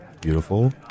beautiful